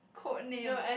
code name ah